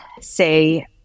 say